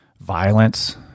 violence